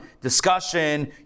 discussion